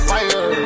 Fire